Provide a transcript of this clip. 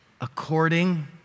According